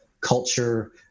culture